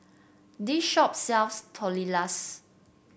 this shop sells Tortillas